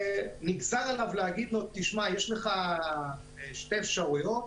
ונגזר עליו להגיד לו: תשמע, יש לך שתי האפשרויות,